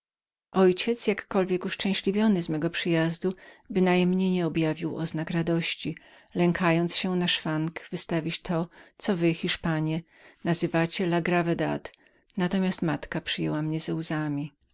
ojciec jakkolwiek uszczęśliwiony z mego przyjazdu przecież bynajmniej nie objawił oznak radości lękając się na szwank wystawić to co wy hiszpanie nazywacie la gravedad natomiast matka moja przyjęła mnie ze łzami